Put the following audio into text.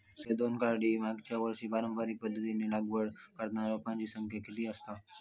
संख्या दोन काडी मागचो वर्षी पारंपरिक पध्दतीत लागवड करताना रोपांची संख्या किती आसतत?